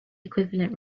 equivalent